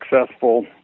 successful